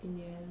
in the end